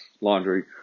laundry